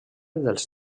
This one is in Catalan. dels